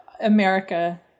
America